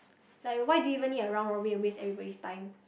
like why do you need a round Robin and waste everybody's time